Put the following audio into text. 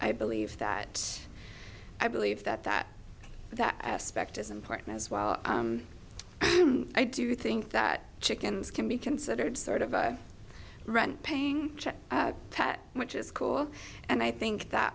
i believe that i believe that that that aspect is important as well i do think that chickens can be considered sort of a rent paying pet which is cool and i think